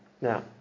Now